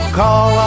call